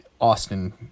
austin